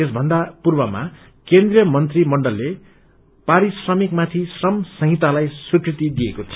यसभन्दा पूर्वमा केन्द्रिय मंत्री मण्डलले पारिश्रमिक माथि श्रम संहितालाइ स्वीकृति दिएको थियो